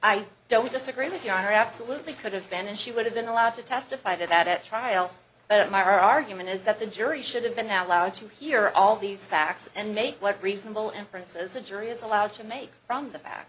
i don't disagree with you i absolutely could have been and she would have been allowed to testify that at trial but my argument is that the jury should have been now allowed to hear all these facts and make what reasonable inferences the jury is allowed to make from the fac